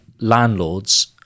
landlords